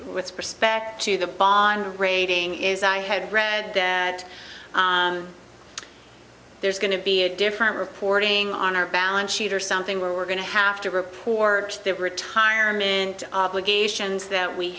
with perspective the bond rating is i had read that there's going to be a different reporting on our balance sheet or something where we're going to have to report their retirement obligations that we